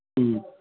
ꯎꯝ